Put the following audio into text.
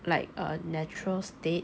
like a natural state